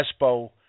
Espo